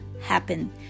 happen